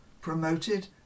promoted